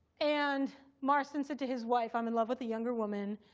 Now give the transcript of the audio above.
and marston said to his wife, i'm in love with a younger woman.